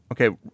Okay